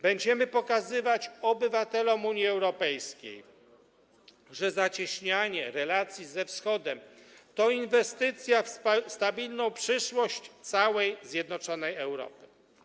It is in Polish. Będziemy pokazywać obywatelom Unii Europejskiej, że zacieśnianie relacje ze Wschodem to inwestycja w stabilną przyszłość całej zjednoczonej Europy.